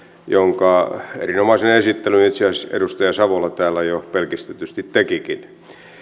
jonka erinomaisen esittelyn itse asiassa edustaja savola täällä jo pelkistetysti tekikin